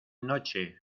noche